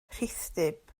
rhithdyb